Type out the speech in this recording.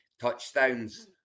touchdowns